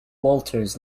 walters